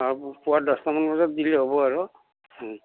অঁ পুৱা দহটামান বজাত দিলে হ'ব আৰু